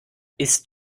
ist